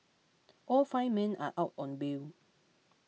all five men are out on bail